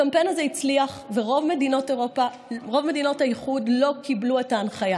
הקמפיין הזה הצליח ורוב מדינות האיחוד לא קיבלו את ההנחיה.